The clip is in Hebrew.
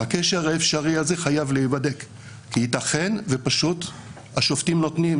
הקשר האפשרי הזה חייב להיבדק כי יתכן ופשוט השופטים נותנים